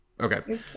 Okay